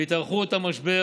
והתארכות המשבר,